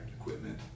equipment